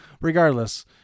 regardless